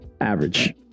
average